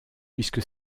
puisque